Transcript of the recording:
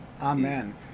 Amen